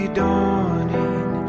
dawning